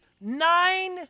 nine